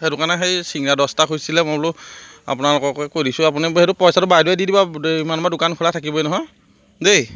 সেইটো কাৰণে সেই চিংৰা দহটা খুজিছিলে মই বোলো আপোনালোককে কৈ দিছোঁ আপুনি সেইটো পইচাটো বাইদেৱে দি দিব ইমান সময় দোকান খোলা থাকিবই নহয় দেই